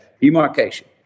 Demarcation